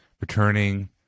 returning